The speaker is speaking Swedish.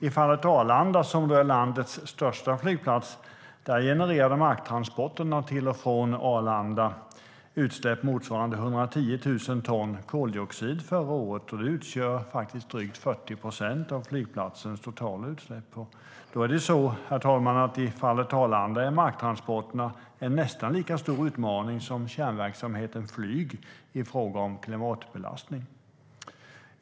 I fallet Arlanda, landets största flygplats, genererade marktransporterna till och från Arlanda utsläpp motsvarande 110 000 ton koldioxid förra året. Det utgör drygt 40 procent av flygplatsens totala utsläpp. Herr talman! I fallet Arlanda är marktransporterna alltså en nästan lika stor utmaning som kärnverksamheten flyg i fråga om klimatbelastning.